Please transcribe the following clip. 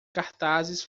cartazes